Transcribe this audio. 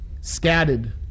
scattered